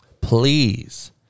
Please